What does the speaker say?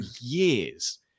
years